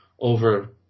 over